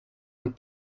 and